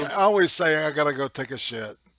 always saying i gotta go take a shit